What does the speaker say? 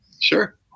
Sure